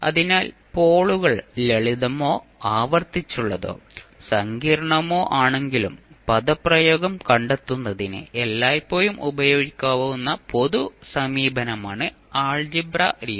അതിനാൽ പോളുകൾ ലളിതമോ ആവർത്തിച്ചുള്ളതോ സങ്കീർണ്ണമോ ആണെങ്കിലും പദപ്രയോഗം കണ്ടെത്തുന്നതിന് എല്ലായ്പ്പോഴും ഉപയോഗിക്കാവുന്ന പൊതു സമീപനമാണ് ആൾജിബ്ര രീതി